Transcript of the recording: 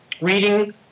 reading